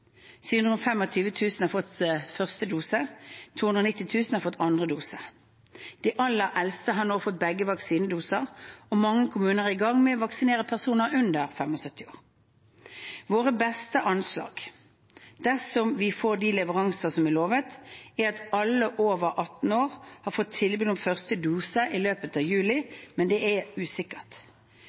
har fått første dose, og 290 000 har fått andre dose. De aller eldste har nå fått begge vaksinedosene, og mange kommuner er i gang med å vaksinere personer under 75 år. Vårt beste anslag, dersom vi får de leveransene som vi er lovet, er at alle over 18 år har fått tilbud om første dose i løpet av juli, men dette er usikkert.